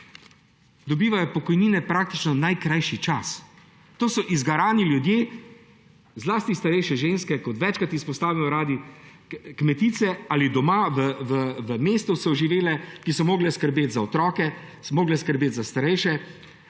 dobivajo pokojnine praktično najkrajši čas. To so izgarani ljudje, zlasti starejše ženske, kot radi večkrat izpostavimo, kmetice, doma ali v mestu so živele, so morale skrbeti za otroke, so morale skrbeti za starejše,